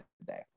today